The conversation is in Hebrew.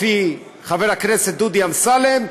לפי חבר הכנסת דודי אמסלם,